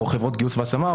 או חברות גיוס והשמה,